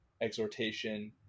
exhortation